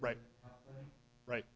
right right